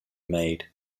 made